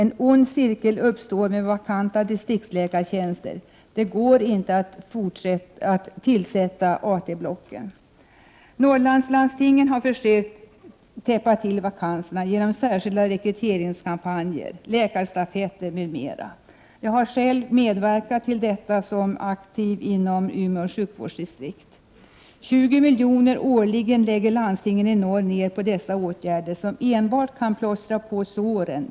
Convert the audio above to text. En ond cirkel uppstår med vakanta distriktsläkartjänster. Det går inte att tillsätta AT-blocken. Norrlandslandstingen har försökt att täppa till vakanserna genom särskilda rekryteringskampanjer, läkarstafetter m.m. Jag har själv medverkat i detta sammanhang som aktiv inom Umeå sjukvårdsdistrikt. Landstingen i norr lägger årligen ut 20 milj.kr. på sådana här åtgärder, som enbart är plåster på såren.